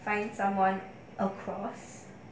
find someone across